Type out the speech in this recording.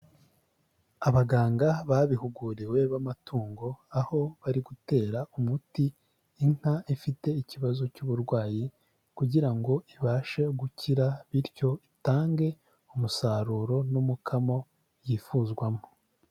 Abaganga babihuguriwe b'amatungo, aho bari gutera umuti inka ifite ikibazo cy'uburwayi kugira ngo ibashe gukira bityo itange umusaruro n'umukamo yifuzwamo.